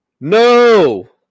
No